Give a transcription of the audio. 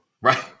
Right